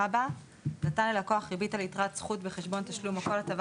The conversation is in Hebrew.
רבה: "שנתנה ללקוח ריבית על יתרת זכות בחשבון תשלום או כל הטבה